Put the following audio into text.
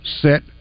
set